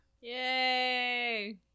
Yay